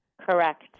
Correct